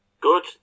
Good